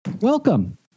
Welcome